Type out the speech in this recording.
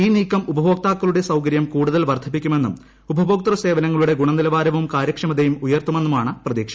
ഈ നീക്കം ഉപഭോക്താക്കളുടെ സൌക്ടര്യം കൂടുതൽ വർദ്ധിപ്പിക്കുമെന്നും ഉപഭോഴ്ക്ക്ത്യ് സേവനങ്ങളുടെ ഗുണനിലവാരവും കാരൂക്ഷമതയും ഉയർത്തുമെന്നുമാണ് പ്രതീക്ഷ